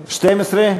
12?